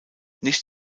nicht